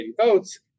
votes